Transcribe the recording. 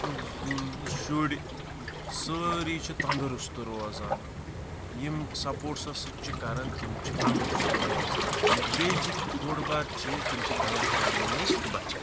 شُرِۍ سٲری چھِ تَنٛدرُست روزان یِم سَپوٹسَس سۭتۍ چھِ کَران تِم چھِ تَنٛدرُست روزان بییہ چھِ بۄڑ بارٕ چیٖز تِم چھِ غَلَط کامٮ۪ن نِش بَچان